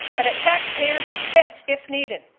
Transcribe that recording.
but at taxpayers' expense if needed.